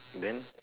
then